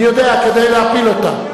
אני יודע, כדי להפיל אותה.